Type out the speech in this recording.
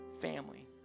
family